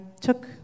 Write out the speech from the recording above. took